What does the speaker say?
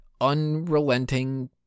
unrelenting